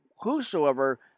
Whosoever